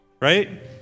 Right